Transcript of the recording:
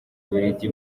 bubiligi